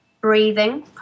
breathing